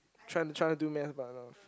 try trying to do math but no